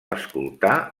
escoltar